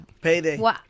Payday